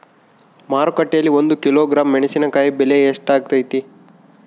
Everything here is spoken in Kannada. ಮಾರುಕಟ್ಟೆನಲ್ಲಿ ಒಂದು ಕಿಲೋಗ್ರಾಂ ಮೆಣಸಿನಕಾಯಿ ಬೆಲೆ ಎಷ್ಟಾಗೈತೆ?